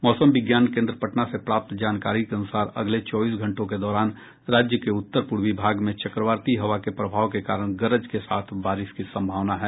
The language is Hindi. मौसम विज्ञान केन्द्र पटना से प्राप्त जानकारी के अनुसार अगले चौबीस घंटों के दौरान राज्य के उत्तर पूर्वी भाग में चक्रवाती हवा के प्रभाव के कारण गरज के साथ बारिश की सम्भावना है